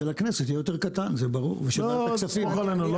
הכנסת ושל ועדת הכספים יהיה יותר קטן.